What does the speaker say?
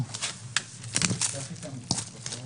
הצו אושר פה אחד.